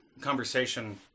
conversation